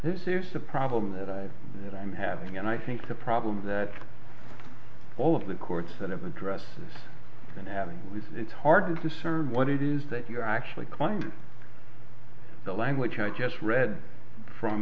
this is the problem that i have that i'm having and i think the problem that all of the courts that have addressed this and having it's hard to discern what it is that you're actually climbed the language i just read from